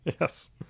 yes